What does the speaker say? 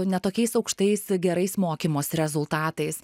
ne tokiais aukštais gerais mokymosi rezultatais